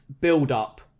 build-up